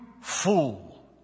fool